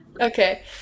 Okay